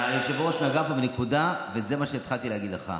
היושב-ראש נגע בנקודה, וזה מה שהתחלתי להגיד לך: